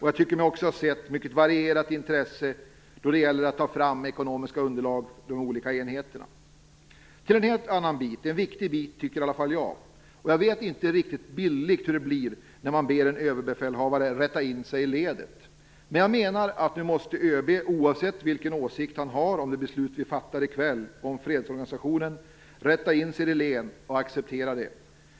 Jag tycker mig ha sett ett mycket varierat intresse då det gäller att ta fram ekonomiska underlag för de olika enheterna. Nu skall jag gå över till en viktig bit, enligt min mening. Jag vet inte riktigt hur det blir bildligt då man ber en överbefälhavare rätta in sig i ledet. Men jag menar att ÖB nu måste, oavsett vilken åsikt han har om det beslut vi fattar i kväll om fredsorganisationen, rätta in sig i ledet och acceptera det.